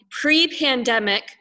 Pre-pandemic